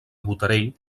botarell